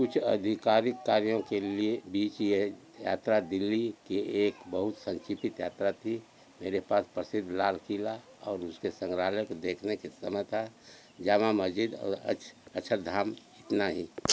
कुछ आधिकारिक कार्यों के लिए बीच यह यात्रा दिल्ली की एक बहुत संक्षिप्त यात्रा थी मेरे पास प्रसिद्ध लाल किला और उसके सन्ग्रहालय को देखने का समय था जामा मस्जिद और अक्ष अक्षरधाम इतना ही